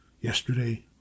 Yesterday